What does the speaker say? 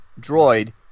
droid